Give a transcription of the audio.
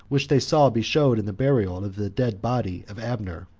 which they saw be showed in the burial of the dead body of abner.